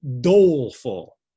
doleful